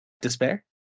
Despair